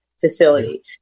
facility